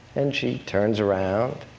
then she turns around,